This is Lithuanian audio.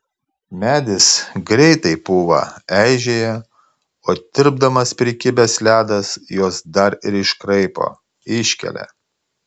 medis greitai pūva eižėja o tirpdamas prikibęs ledas juos dar ir iškraipo iškelia